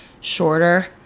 shorter